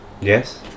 Yes